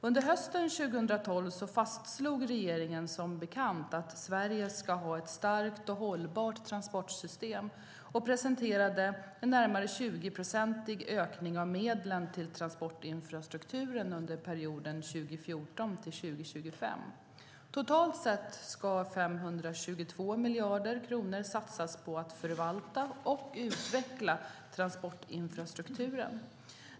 Under hösten 2012 fastslog regeringen som bekant att Sverige ska ha ett starkt och hållbart transportsystem och presenterade en närmare 20-procentig ökning av medlen till transportinfrastrukturen under perioden 2014-2025. Totalt sett ska 522 miljarder kronor satsas på att förvalta och utveckla transportinfrastrukturen.